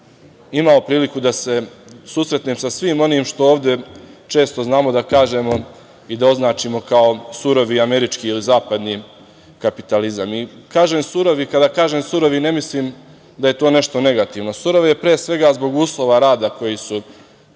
imao priliku da se susretnem sa svim onim što ovde često znamo da kažemo i da označimo kao surovi američki ili zapadni kapitalizam. Kada kažem surovi, ne mislim da je to nešto negativno. Surov je pre svega zbog uslova rada koji su